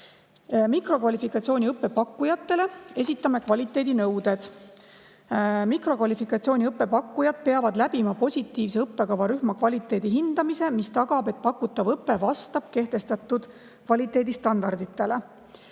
Mikrokvalifikatsiooniõppe pakkujatele esitame kvaliteedinõuded. Mikrokvalifikatsiooniõppe pakkujad peavad läbima õppekavarühma kvaliteedi hindamise positiivse [otsusega], mis tagab, et pakutav õpe vastab kehtestatud kvaliteedistandarditele.